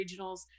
regionals